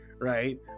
right